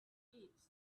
eat